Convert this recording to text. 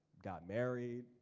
got married,